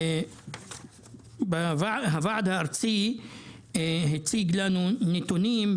הוועד הארצי הציג לנו נתונים,